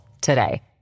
today